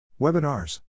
webinars